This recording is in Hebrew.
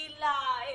היל"ה,